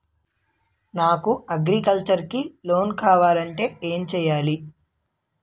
నాకు అగ్రికల్చర్ కి లోన్ కావాలంటే ఏం చేయాలి?